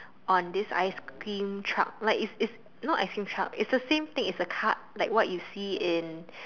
on this ice cream truck like it's it's not ice cream truck it's the same thing it's a cart like what you see in